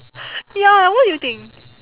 ya what you think